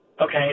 Okay